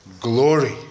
glory